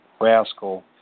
rascal